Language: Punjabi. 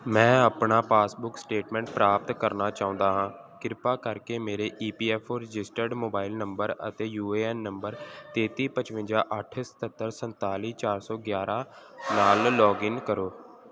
ਮੈਂ ਆਪਣਾ ਪਾਸਬੁੱਕ ਸਟੇਟਮੈਂਟ ਪ੍ਰਾਪਤ ਕਰਨਾ ਚਾਹੁੰਦਾ ਹਾਂ ਕਿਰਪਾ ਕਰਕੇ ਮੇਰੇ E P F O registered mobile number ਅਤੇ ਯੂ ਏ ਐਨ ਨੰਬਰ ਤੇਤੀ ਪਚਵੰਜਾ ਅੱਠ ਸਤੱਤਰ ਸੰਤਾਲੀ ਚਾਰ ਸੌ ਗਿਆਰ੍ਹਾਂ ਨਾਲ ਲੌਗਇਨ ਕਰੋ